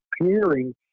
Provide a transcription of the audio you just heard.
appearing